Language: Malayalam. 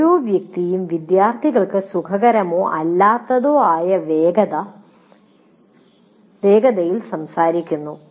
ഓരോ വ്യക്തിയും വിദ്യാർത്ഥികൾക്ക് സുഖകരമോ അല്ലാത്തതോ ആയ വേഗതയിൽ സംസാരിക്കുന്നു